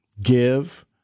Give